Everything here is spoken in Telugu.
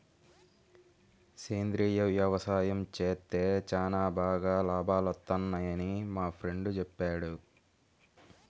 సేంద్రియ యవసాయం చేత్తే చానా బాగా లాభాలొత్తన్నయ్యని మా ఫ్రెండు చెప్పాడు